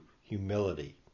humility